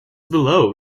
below